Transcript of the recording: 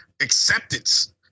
acceptance